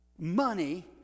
money